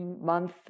month